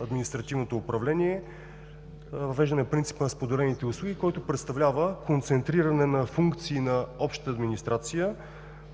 административното управление – въвеждане на принципа на споделените услуги, който представлява концентриране на функции на общата администрация